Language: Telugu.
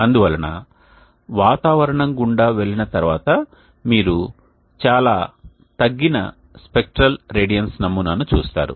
అందువలన వాతావరణం గుండా వెళ్ళిన తర్వాత మీరు చాలా తగ్గిన స్పెక్ట్రల్ రేడియన్స్ నమూనాను చూస్తారు